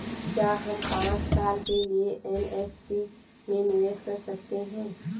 क्या हम पांच साल के लिए एन.एस.सी में निवेश कर सकते हैं?